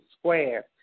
square